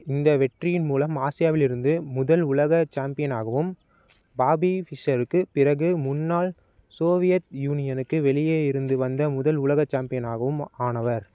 இந்த வெற்றியின் மூலம் ஆசியாவிலிருந்து முதல் உலக சாம்பியனாகவும் பாபி பிஷ்ஷருக்குப் பிறகு முன்னாள் சோவியத் யூனியனுக்கு வெளியே இருந்து வந்த முதல் உலக சாம்பியனாகவும் ஆனார்